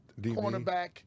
cornerback